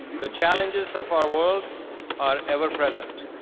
the challenges of our world are ever present.